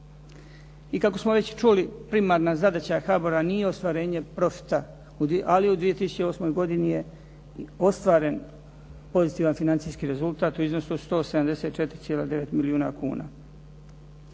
I kako smo već čuli primarna zadaća HABOR-a nije ostvarenje profita, ali u 2008. godini je ostvaren pozitivan financijskih rezultat u iznosu od 174,9 milijuna kuna.